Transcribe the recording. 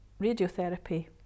radiotherapy